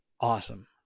awesome